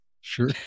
Sure